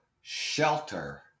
shelter